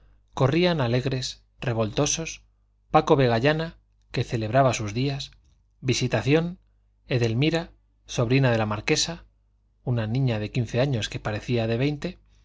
corrían alegres revoltosos paco vegallana que celebraba sus días visitación edelmira sobrina de la marquesa una niña de quince años que parecía de veinte don saturnino bermúdez y el señor de